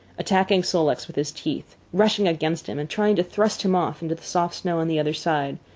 attacking sol-leks with his teeth, rushing against him and trying to thrust him off into the soft snow on the other side,